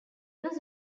was